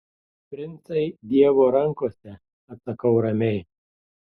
princai dievo rankose atsakau ramiai